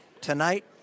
Tonight